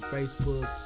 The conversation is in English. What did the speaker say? Facebook